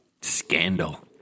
Scandal